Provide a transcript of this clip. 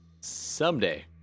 Someday